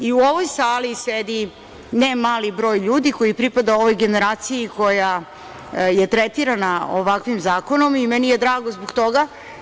I u ovoj sali sedi ne mali broj ljudi koji pripada ovoj generaciji koja je tretirana ovakvim zakonom i meni je drago zbog toga.